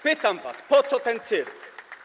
Pytam was: Po co ten cyrk?